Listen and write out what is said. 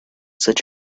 such